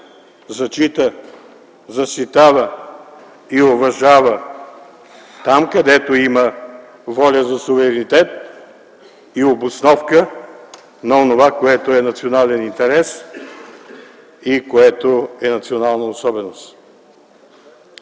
зачита, защитава и уважава когато има воля за суверенитет и обосновка на онова, което е национален интерес и което е национална особеност.